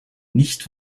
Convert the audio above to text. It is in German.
nicht